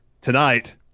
tonight